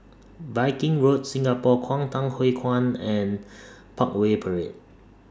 Viking Road Singapore Kwangtung Hui Kuan and Parkway Parade